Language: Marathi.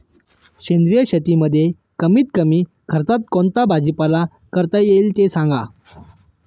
सेंद्रिय शेतीमध्ये कमीत कमी खर्चात कोणता भाजीपाला करता येईल ते सांगा